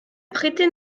prêté